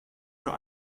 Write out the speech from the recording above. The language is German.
für